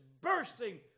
bursting